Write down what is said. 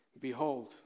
Behold